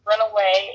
Runaway